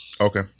okay